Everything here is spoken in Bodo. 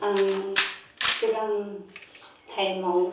आं सिगां टाइमाव